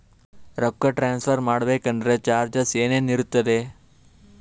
ರೊಕ್ಕ ಟ್ರಾನ್ಸ್ಫರ್ ಮಾಡಬೇಕೆಂದರೆ ಚಾರ್ಜಸ್ ಏನೇನಿರುತ್ತದೆ?